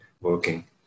working